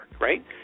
right